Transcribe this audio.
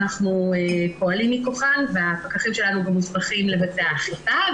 שאנחנו פועלים מכוחן והפקחים שלנו גם יצטרכו לבצע אכיפה,